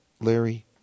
Larry